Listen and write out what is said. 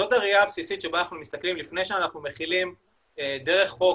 זאת הראייה הבסיסית שבה אנחנו מסתכלים לפני שאנחנו מכילים דרך חוק,